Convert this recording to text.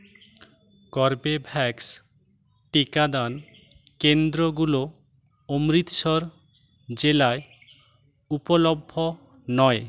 Corbevax টিকাদান কেন্দ্রগুলো অমৃতসর জেলায় উপলভ্য নয়